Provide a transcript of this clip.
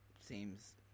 seems